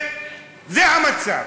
זה המצב.